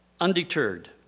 Undeterred